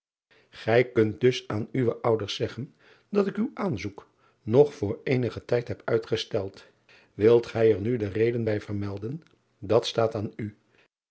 ij kunt dus aan uwe ouders zeggen dat ik uw aanzoek nog voor eenigen tijd heb uitgesteld ilt gij er nu de reden bij vermelden dat staat aan u